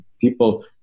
People